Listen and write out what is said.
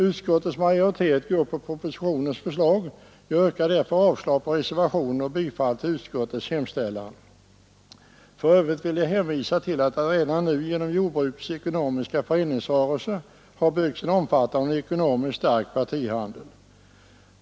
Utskottets majoritet går på propositionens förslag. Jag yrkar därför avslag på reservationen och bifall till utskottets hemställan. För övrigt vill jag hänvisa till att det redan nu genom jordbrukets ekonomiska föreningsrörelser har byggts en omfattande och ekonomiskt stark partihandel.